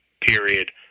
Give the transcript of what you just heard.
Period